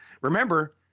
Remember